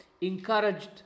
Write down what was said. encouraged